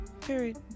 Period